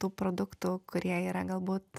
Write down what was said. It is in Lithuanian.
tų produktų kurie yra galbūt